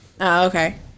Okay